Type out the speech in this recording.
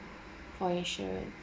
for insurance